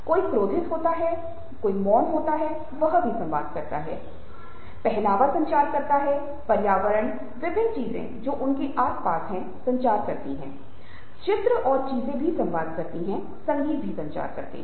कोई क्रोधित होता है मौन होता है वह भी संवाद करता है पहनावा संचार करता है पर्यावरण विभिन्न चीजें जो उनके आस पास हैं संचार करती हैं चित्र और चीजें संवाद करती हैं संगीत संचार करती हैं